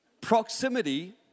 Proximity